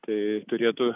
tai turėtų